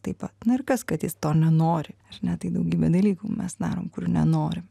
taip pat na ir kas kad jis to nenori ne tai daugybę dalykų mes darom kurių nenorim